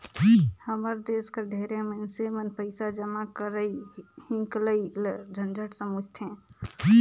हमर देस कर ढेरे मइनसे मन पइसा जमा करई हिंकलई ल झंझट समुझथें